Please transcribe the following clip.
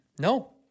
No